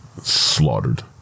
slaughtered